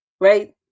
right